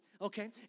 okay